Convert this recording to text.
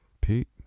Pete